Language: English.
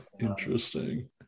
Interesting